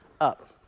Up